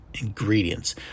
ingredients